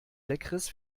leckeres